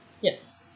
Yes